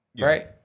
right